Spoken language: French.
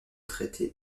traité